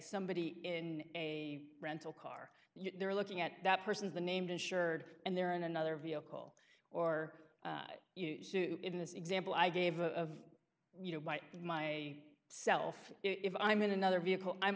somebody in a rental car you're looking at that person is the named insured and they're in another vehicle or in this example i gave of you know by my self if i'm in another vehicle i'm